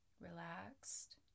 relaxed